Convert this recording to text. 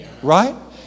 Right